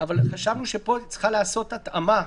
חשבנו אולי שפה צריך לעשות התאמה.